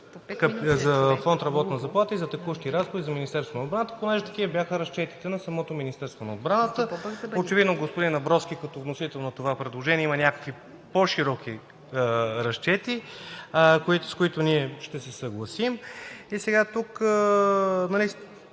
за фонд „Работна заплата“ и за текущи разходи за Министерството на отбраната, понеже такива бяха разчетите на самото Министерство на отбраната. Господин Абровски като вносител на това предложение очевидно има някакви по-широки разчети, с които ще се съгласим.